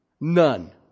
None